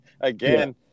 again